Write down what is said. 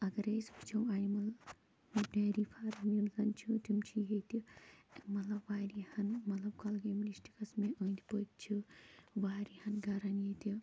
اَگرٔے أسۍ وُچھو اَنِمٕل ڈیری فارم یِم زَن چھِ تِم چھِ ییٚتہِ ٲں مطلب واریاہَن مطلب کۄلگٲمہِ ڈِسٹِرٛکَس مےٚ أنٛدۍ پٔکۍ چھِ واریاہَن گھرَن ییٚتہِ